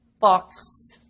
fox